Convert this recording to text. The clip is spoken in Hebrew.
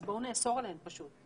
אז בואו נאסור עליהן פשוט.